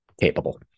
capable